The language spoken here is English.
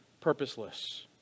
purposeless